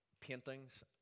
paintings